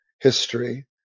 history